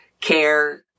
care